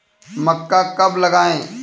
मक्का कब लगाएँ?